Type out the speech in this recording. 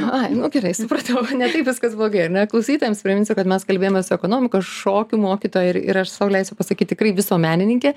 ai nu gerai supratau ne taip viskas blogai ar ne klausytojams priminsiu kad mes kalbėjome su ekonomikos šokių mokytoja ir aš sau leisiu pasakyt tikrai visuomenininke